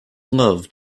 loved